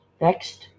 next